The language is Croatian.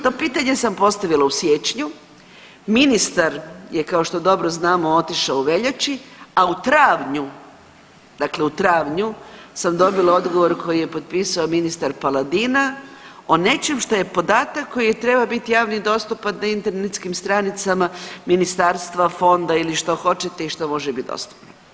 To pitanje sam postavila u siječnju, ministar je kao što dobro znamo otišao u veljači, a u travnju, dakle u travnju sam dobila odgovor koji je potpisao ministar Paladina o nečem što je podatak koji je trebao biti javni, dostupan na internetskim stranicama ministarstva, fonda ili što hoćete i što može biti dostupno.